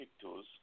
tools